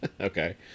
Okay